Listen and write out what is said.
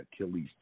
Achilles